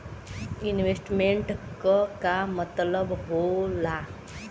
Investment क का मतलब हो ला?